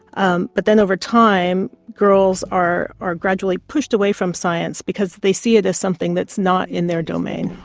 um but then over time girls are are gradually pushed away from science because they see it as something that is not in their domain.